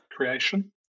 creation